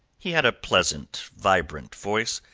he had a pleasant, vibrant voice,